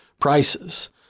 prices